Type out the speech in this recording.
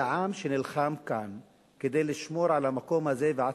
היה עם שנלחם כאן כדי לשמור על המקום הזה ועצמאותו.